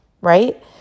right